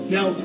Now